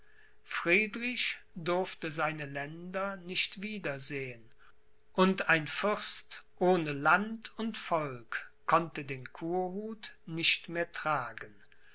friedrich durfte seine länder nicht wieder sehen und ein fürst ohne land und volk konnte den kurhut nicht mehr tragen